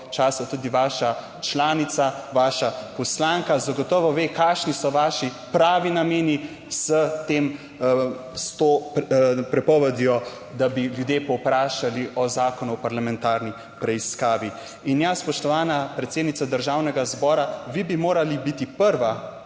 časa tudi vaša članica, vaša poslanka, zagotovo ve, kakšni so vaši pravi nameni s to prepovedjo, da bi ljudje povprašali o Zakonu o parlamentarni preiskavi. In ja, spoštovana predsednica Državnega zbora, vi bi morali biti prva,